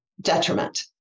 detriment